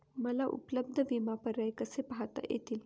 मला उपलब्ध विमा पर्याय कसे पाहता येतील?